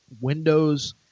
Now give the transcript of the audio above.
windows –